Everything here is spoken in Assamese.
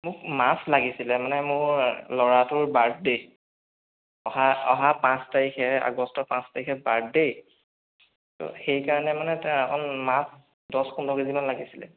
মোক মাছ লাগিছিলে মানে মোৰ ল'ৰাটোৰ বাৰ্থডে অহা অহা পাঁচ তাৰিখে আগষ্টৰ পাঁচ তাৰিখে বাৰ্থডে ত' সেইকাৰণে মানে তাৰ অকণ মাছ দহ পোন্ধৰ কেজিমান লাগিছিলে